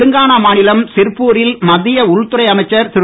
தெலுங்கானா மாநிலம் சிர்பூரில் மத்திய உள்துறை அமைச்சர் திரு